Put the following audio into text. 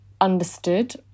understood